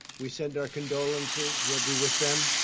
we send our condolences. we'll be with them.